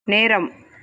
நேரம்